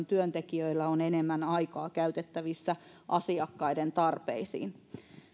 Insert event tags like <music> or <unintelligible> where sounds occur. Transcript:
<unintelligible> työntekijöillä on enemmän aikaa käytettävissä asiakkaiden tarpeisiin